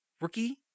rookie